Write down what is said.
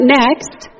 next